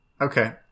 Okay